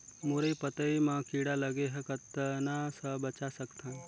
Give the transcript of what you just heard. मुरई पतई म कीड़ा लगे ह कतना स बचा सकथन?